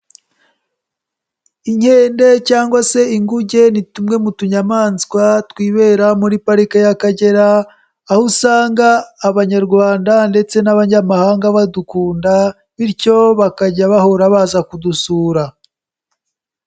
Inkende cyangwa se inguge ni tumwe mu tunyamaswa twibera muri Parike y'Akagera, aho usanga Abanyarwanda ndetse n'abanyamahanga badukunda, bityo bakajya bahora baza kudusura.